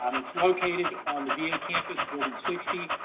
um it's located on the va campus, building sixty.